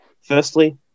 Firstly